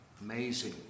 Amazing